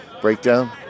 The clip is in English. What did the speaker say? breakdown